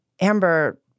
Amber